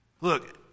Look